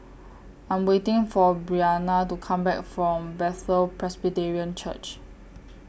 I'm waiting For Brianna to Come Back from Bethel Presbyterian Church